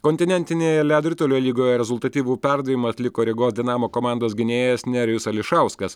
kontinentinėje ledo ritulio lygoje rezultatyvų perdavimą atliko rygos dinamo komandos gynėjas nerijus ališauskas